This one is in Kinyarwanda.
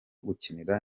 gukinira